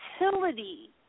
utility